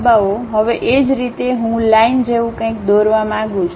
હવે એ જ રીતે હું લાઈન જેવું કંઈક દોરવા માંગું છું